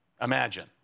Imagine